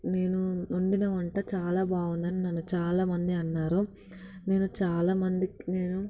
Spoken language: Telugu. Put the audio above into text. నేను వండిన వంట చాలా బాగుంది అని నన్ను చాలామంది అన్నారు నేను చాలామందికి నేను